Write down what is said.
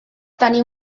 tenir